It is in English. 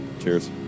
Cheers